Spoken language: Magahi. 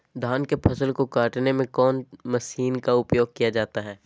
धान के फसल को कटने में कौन माशिन का उपयोग किया जाता है?